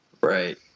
Right